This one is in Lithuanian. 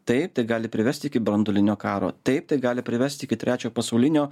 taip gali privesti iki branduolinio karo taip tai gali privesti iki trečio pasaulinio